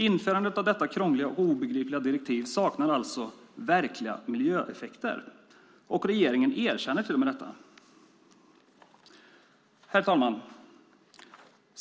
Införandet av detta krångliga och obegripliga direktiv saknar alltså verkliga miljöeffekter, och regeringen erkänner till och med detta. Herr talman!